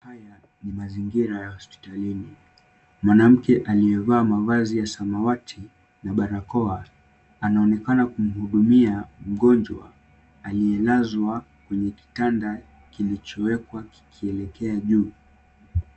Haya ni mazingira ya hospitalini. Mwanamke aliyevaa mavazi ya samawati na barakoa anaonekana kumhudumia mgonjwa aliyelazwa kwenye kitanda kilichowekwa kikielekea juu.